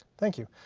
thank you.